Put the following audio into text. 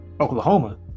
Oklahoma